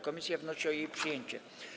Komisja wnosi o jej przyjęcie.